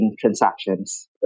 transactions